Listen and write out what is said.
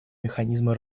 механизма